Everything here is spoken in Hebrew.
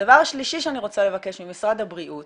דבר שלישי שאני רוצה לבקש ממשרד הבריאות